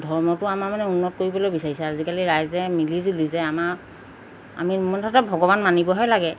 ধৰ্মটো আমাৰ মানে উন্নত কৰিবলৈ বিচাৰিছে আজিকালি ৰাইজে মিলিজুলি যে আমাৰ আমি মুঠতে ভগৱান মানিবহে লাগে